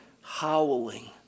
howling